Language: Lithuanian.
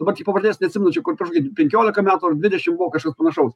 dabart jų pavardės neatsimenu čia kur prieš kokį penkiolika metų ar dvidešim buvo kažkas panašaus